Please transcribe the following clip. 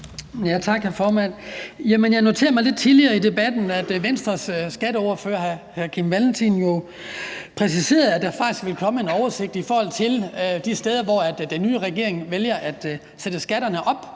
Jeg noterede mig lidt tidligere i debatten, at Venstres skatteordfører, hr. Kim Valentin, præciserede, at der faktisk ville komme en oversigt over de steder, hvor den nye regering vælger at sætte skatterne op,